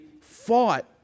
fought